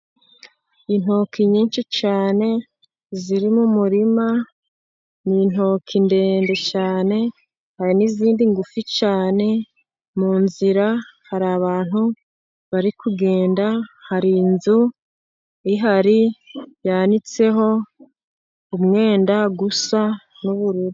Intoki nyinshi cyane ziri mu murima ni intoki ndende cyane, hari n'izindi ngufi cyane. Mu nzira hari abantu bari kugenda, hari inzu ihari yanitseho umwenda usa n'ubururu.